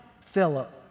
Philip